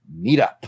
meetup